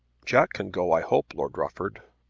jack can go, i hope, lord rufford.